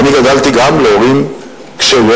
וגם אני גדלתי להורים קשי-יום,